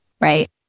right